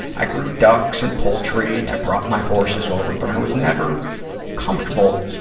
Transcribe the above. i grew ducks and poultry. i brought my horses over. but i was never comfortable